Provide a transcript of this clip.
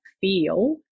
feel